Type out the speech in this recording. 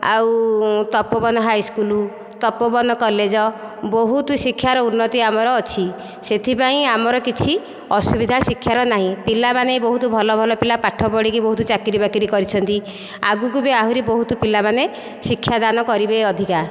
ଆଉ Tapaban high school Tapaban college ବହୁତ ଶିକ୍ଷାର ଉନ୍ନତି ଆମର ଅଛି ସେଥିପାଇଁ ଆମର କିଛି ଅସୁବିଧା ଶିକ୍ଷାର ନାହିଁ ପିଲାମାନେ ବହୁତ ଭଲ ଭଲ ପିଲା ପାଠ ପଢ଼ିକି ବହୁତ ଚାକିରି ବାକିରି କରିଛନ୍ତି ଆଗକୁ ବି ଆହୁରି ବହୁତ ପିଲାମାନେ ଶିକ୍ଷାଦାନ କରିବେ ଅଧିକା